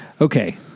Okay